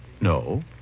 No